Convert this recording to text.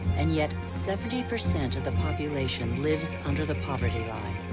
and yet seventy percent of the population lives under the poverty line.